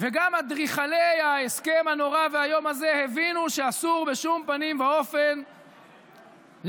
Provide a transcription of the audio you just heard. וגם אדריכלי ההסכם הנורא והאיום הזה הבינו שאסור בשום פנים ואופן לתת